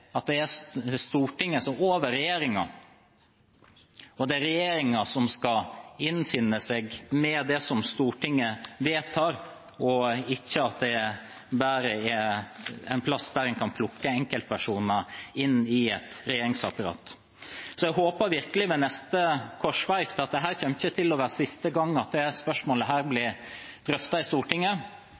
at Stortinget er over regjeringen, og at det er regjeringen som skal avfinne seg med det som Stortinget vedtar, og at det ikke bare er et sted der en kan plukke enkeltpersoner inn i et regjeringsapparat. Det kommer ikke til å være siste gang at dette spørsmålet blir drøftet i Stortinget, og jeg håper at